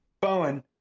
Bowen